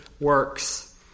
works